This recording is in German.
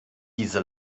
diese